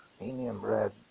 medium-red